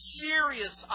serious